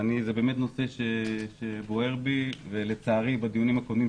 זה באמת נושא שבוער בי ולצערי בדיונים הקודמים,